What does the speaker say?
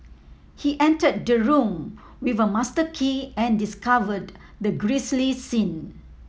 he entered the room with a master key and discovered the grisly scene